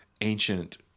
Ancient